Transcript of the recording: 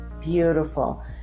Beautiful